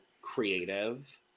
creative